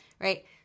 right